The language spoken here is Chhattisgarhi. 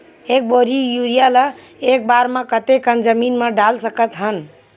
एक बोरी यूरिया ल एक बार म कते कन जमीन म डाल सकत हन?